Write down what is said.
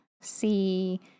see